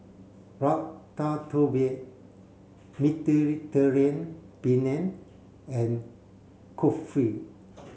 Ratatouille Mediterranean Penne and Kulfi